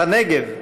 את הנגב,